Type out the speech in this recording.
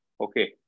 Okay